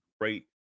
great